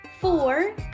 four